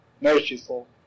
merciful